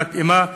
המתאימה,